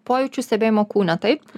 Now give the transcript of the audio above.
pojūčių stebėjimo kūne taip